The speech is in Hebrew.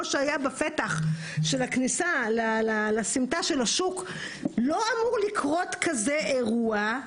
שהיה בפתח הכניסה לסמטה של השוק לא אמור לקרות כזה אירוע?